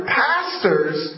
pastors